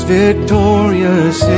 victorious